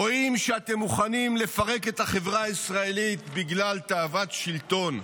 רואים שאתם מוכנים לפרק את החברה הישראלית בגלל תאוות שלטון,